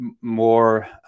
more